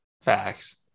Facts